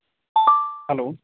hello